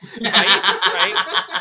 Right